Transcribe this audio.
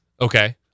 Okay